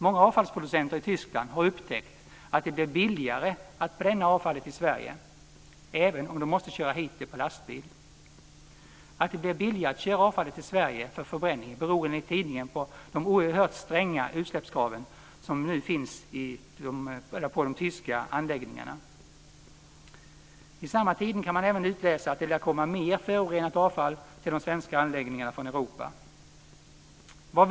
Många avfallsproducenter i Tyskland har upptäckt att det blir billigare att bränna avfallet i Sverige, även om de måste köra hit det på lastbil. Att det blir billigare att köra avfallet till Sverige för förbränning beror enligt tidningen på de oerhört stränga utsläppskrav som nu ställs på de tyska anläggningarna. I samma tidning kan man även utläsa att det lär komma mer förorenat avfall till de svenska anläggningarna från övriga Europa.